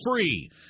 free